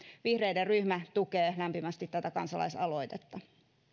vihreiden ryhmä tukee lämpimästi tätä kansalaisaloitetta